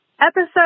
episode